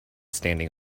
standing